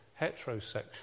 heterosexual